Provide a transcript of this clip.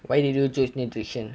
why did you choose need nutrition